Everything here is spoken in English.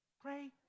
Pray